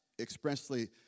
expressly